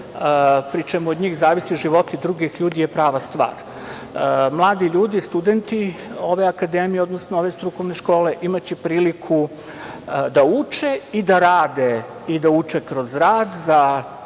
pri čemu od njih zavise životi ljudi je prava stvar. Mladi ljudi, studenti ove akademije, odnosno ove Strukovne škole imaće priliku da uče i da rade i da uče kroz rad. Za